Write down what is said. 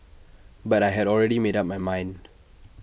but I had already made up my mind